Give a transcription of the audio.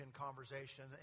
conversation